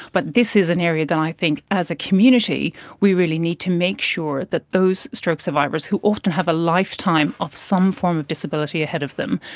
but this is an area that i think as a community we really need to make sure that those stroke survivors who often have a lifetime of some form of disability ahead of them,